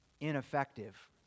ineffective